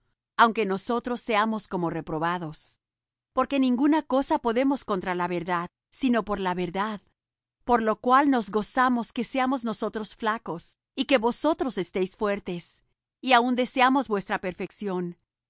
aunque nosotros seamos como reprobados porque ninguna cosas podemos contra la verdad sino por la verdad por lo cual nos gozamos que seamos nosotros flacos y que vosotros estéis fuertes y aun deseamos vuestra perfección